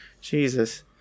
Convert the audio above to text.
Jesus